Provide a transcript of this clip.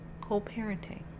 co-parenting